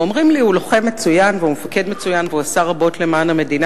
ואומרים לי: הוא לוחם מצוין והוא מפקד מצוין והוא עשה רבות למען המדינה,